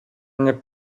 mnie